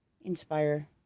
inspire